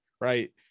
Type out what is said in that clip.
right